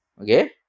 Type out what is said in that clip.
Okay